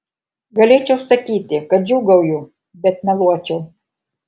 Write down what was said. galėčiau sakyti kad džiūgauju bet meluočiau